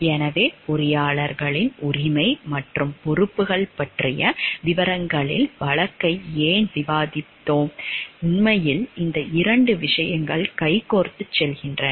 எனவே பொறியாளர்களின் உரிமைகள் மற்றும் பொறுப்புகள் பற்றிய விவரங்களில் வழக்கை ஏன் விவாதிப்போம் உண்மையில் இந்த 2 விஷயங்கள் கைகோர்த்து செல்கின்றன